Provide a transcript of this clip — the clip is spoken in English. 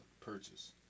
purchase